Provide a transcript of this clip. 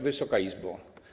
Wysoka Izbo!